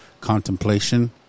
Contemplation